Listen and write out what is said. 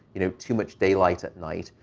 you know, too much daylight at night.